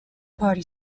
party